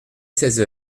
seize